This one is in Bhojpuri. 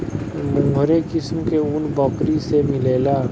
मोहेर किस्म के ऊन बकरी से मिलेला